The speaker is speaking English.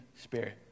spirit